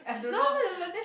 no no it was